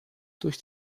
durch